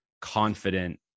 confident